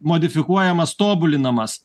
modifikuojamas tobulinamas